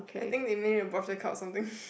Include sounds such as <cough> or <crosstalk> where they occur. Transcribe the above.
I think they make it a birthday card or something <breath>